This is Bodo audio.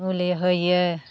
मुलि होयो